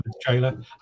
trailer